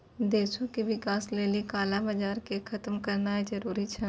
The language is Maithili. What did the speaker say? देशो के विकास लेली काला बजार के खतम करनाय जरूरी छै